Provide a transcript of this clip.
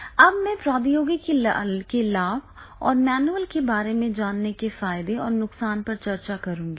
अब मैं प्रौद्योगिकी के लाभ और मैनुअल के बारे में जानने के फायदे और नुकसान पर चर्चा करूंगा